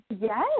Yes